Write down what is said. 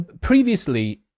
previously